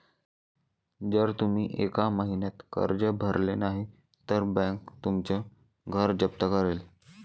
जर तुम्ही एका महिन्यात कर्ज भरले नाही तर बँक तुमचं घर जप्त करेल